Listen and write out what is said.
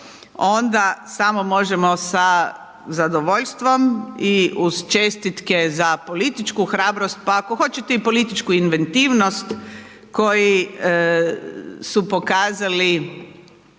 onda samo možemo sa zadovoljstvom i uz čestitke za političku hrabrost, pa ako hoćete i političku inventivnost, koji su pokazali